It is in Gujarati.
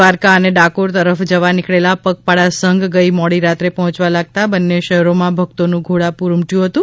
દ્વારકા અને ડાકોર તરફ જવા નીકળેલા પગપાળા સંઘ ગઈ મોડી રાત્રે પહોયવા લગતા બંને શહેરમાં ભક્તોનું ઘોડાપૂર ઊમટ્યું હતુ